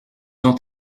ont